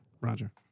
Roger